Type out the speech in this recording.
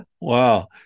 Wow